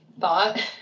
thought